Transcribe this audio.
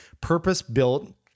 purpose-built